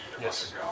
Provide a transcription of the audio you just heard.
Yes